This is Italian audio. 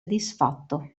disfatto